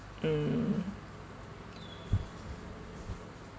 mm